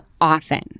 often